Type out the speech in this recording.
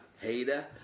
hater